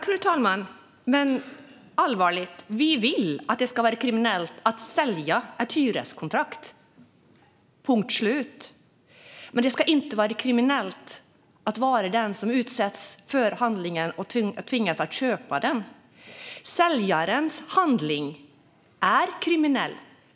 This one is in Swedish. Fru talman! Men allvarligt, vi vill att det ska vara kriminellt att sälja ett hyreskontrakt - punkt slut! Men det ska inte vara kriminellt att vara den som tvingas köpa det. Säljarens handling är kriminell.